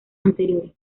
anteriores